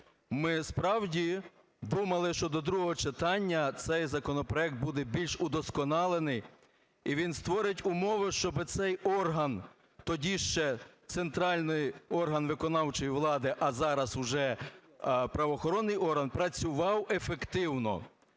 ми справді думали, що до другого читання цей законопроект буде більш удосконалений і він створить умови, щоб цей орган, тоді ще центральний орган виконавчої влади, а зараз вже правоохоронний орган, працював ефективно.